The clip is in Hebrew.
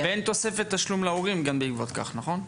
ואין תוספת תשלום להורים גם בעקבות כך נכון?